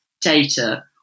data